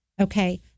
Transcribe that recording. Okay